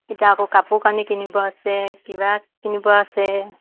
এতিয়া আকৌ কাপোৰ কানি কিনিব আছে কিবা কিনিব আছে